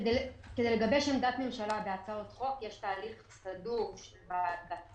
כדי לגבש עמדת ממשלה בהצעות חוק יש תהליך סדור בספרים,